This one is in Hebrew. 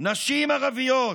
נשים ערביות,